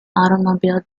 automobile